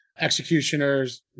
Executioners